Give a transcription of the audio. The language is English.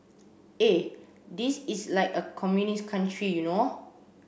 eh this is like a communist country you know